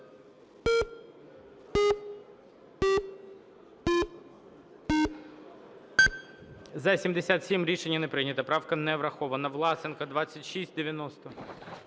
За-77 Рішення не прийнято. Правка не врахована. Власенко, 2690.